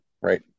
right